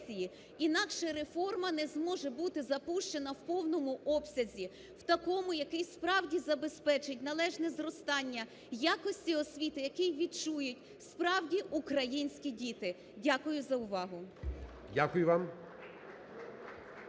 інакше реформа не зможе бути запущена в повному обсязі, в такому, який справді забезпечить належне зростання якості освіти, який відчують справді українські діти. Дякую за увагу.